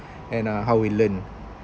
and uh how we learn